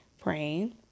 praying